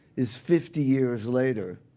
is fifty years later,